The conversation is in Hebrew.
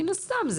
מן הסתם,